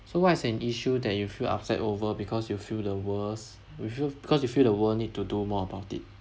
so what is an issue that you feel upset over because you feel the worse you feel because you feel the world need to do more about it